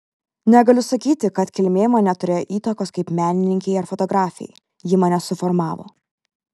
negaliu sakyti kad kilmė man neturėjo įtakos kaip menininkei ar fotografei ji mane suformavo